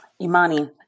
imani